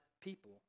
people